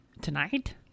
Tonight